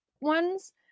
ones